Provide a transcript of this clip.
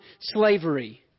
slavery